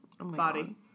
body